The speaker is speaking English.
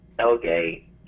Okay